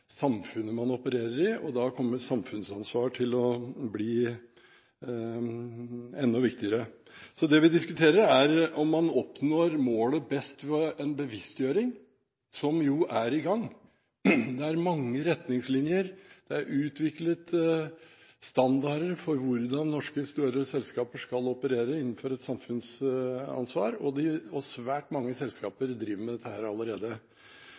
samfunnet man opererer i, og da kommer samfunnsansvar til å bli enda viktigere. Det vi diskuterer, er om man oppnår målet best ved en bevisstgjøring, som jo er i gang. Det er mange retningslinjer, det er utviklet standarder for hvordan større norske selskaper skal operere innenfor et samfunnsansvar, og svært mange selskaper driver med det allerede.